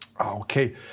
Okay